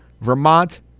Vermont